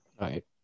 Right